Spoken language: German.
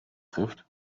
trifft